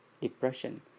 depression